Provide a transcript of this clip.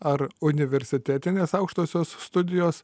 ar universitetinės aukštosios studijos